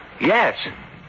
Yes